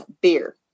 beer